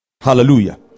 Hallelujah